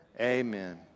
Amen